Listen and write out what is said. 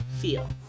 Feel